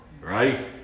right